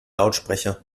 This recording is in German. lautsprecher